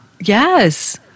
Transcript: Yes